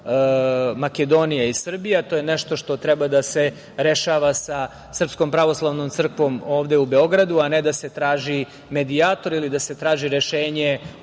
Makedonija i Srbija. To je nešto što treba da se rešava sa SPC ovde u Beogradu, a ne da se traži medijator ili da se traži rešenje